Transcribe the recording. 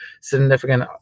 significant